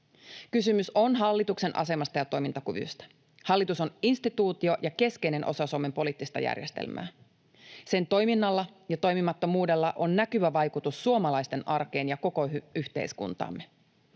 Kysymys on hallituksen asemasta ja toimintakyvystä. Hallitus on instituutio ja keskeinen osa Suomen poliittista järjestelmää. Sen toiminnalla ja toimimattomuudella on näkyvä vaikutus suomalaisten arkeen ja koko yhteiskuntaamme.